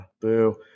Boo